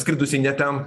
skridusį ne ten